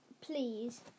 Please